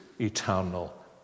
eternal